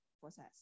process